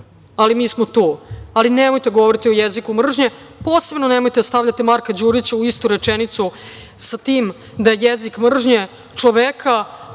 mi smo tu, ali nemojte govoriti o jeziku mržnje, posebno nemojte da stavljate Marka Đurića u istu rečenicu sa tim da je jezik mržnje čoveka